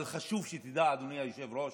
אבל חשוב שתדע, אדוני היושב-ראש,